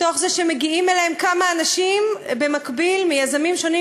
תוך זה שמגיעים אליהם כמה אנשים במקביל מיזמים שונים,